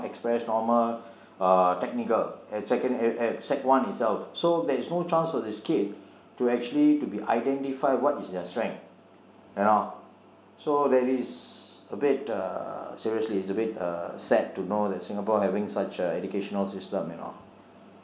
express normal err technical at sec one itself so there is no chance for this kid to actually to be identified what is their strength you know so that is a bit uh seriously it's a bit uh sad to know that singapore having such a educational system you know